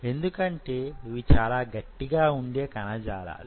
ఎందుకంటే ఇవి చాలా గట్టిగా ఉండే కణజాలాలు